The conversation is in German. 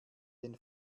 den